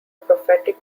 prophetic